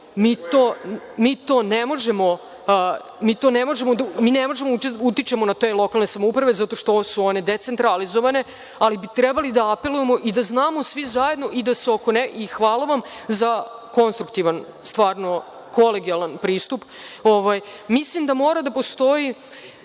da se promeni. Mi ne možemo da utičemo na te lokalne samouprave zato što su one decentralizovane, ali bi trebalo da apelujemo i da znamo svi zajedno i hvala vam konstruktivan, stvarno kolegijalan pristup. Mislim da treba da postoji